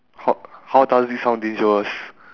h~ how does it sound dangerous